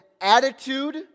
attitude